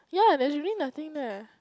yah theres really nothing there